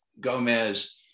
Gomez